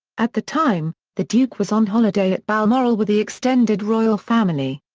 at the time, the duke was on holiday at balmoral with the extended royal family.